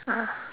ah